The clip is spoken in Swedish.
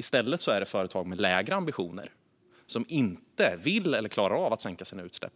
I stället är det företag med lägre ambitioner, som inte vill eller klarar av att sänka sina utsläpp,